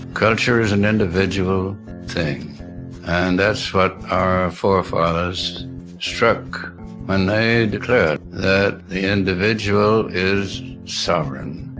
culture is an individual thing and that's what our forefathers struck when they declared that the individual is sovereign.